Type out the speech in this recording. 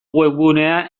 webgunea